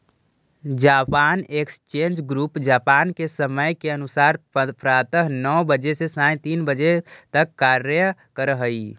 Japan exchange group Japan के समय के अनुसार प्रातः नौ बजे से सायं तीन बजे तक कार्य करऽ हइ